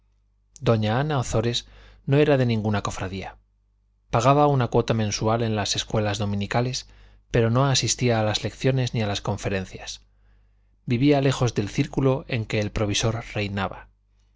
doña ana ozores no era de ninguna cofradía pagaba una cuota mensual en las escuelas dominicales pero no asistía a las lecciones ni a las conferencias vivía lejos del círculo en que el provisor reinaba